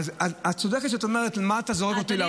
את צודקת כשאת אומרת: מה אתה זורק אותי לאוצר?